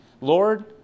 Lord